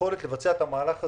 היכולת לבצע את המהלך הזה,